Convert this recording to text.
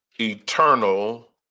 eternal